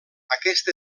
aquest